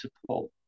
support